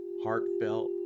heartfelt